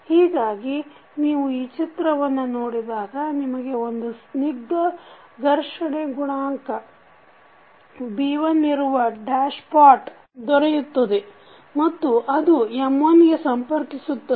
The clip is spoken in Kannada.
ಹೀಗಾಗಿ ನೀವು ಈ ಚಿತ್ರವನ್ನು ನೋಡಿದಾಗ ನಮಗೆ ಒಂದು ಸ್ನಿಗ್ಧ ಘರ್ಷಣೆ ಗುಣಾಂಕ B1ಇರುವ ಡ್ಯಾಶ್ ಪಾಟ್ ದೊರೆಯುತ್ತದೆ ಮತ್ತು ಅದು M1ಗೆ ಸಂಪರ್ಕಿಸುತ್ತದೆ